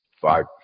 five